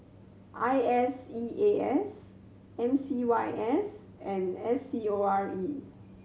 I S E A S M C Y S and S C O R E